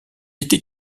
était